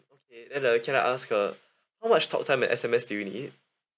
okay then uh can I ask uh how much talk time and S_M_S do you need